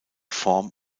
form